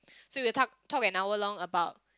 so you will talk talk an hour long about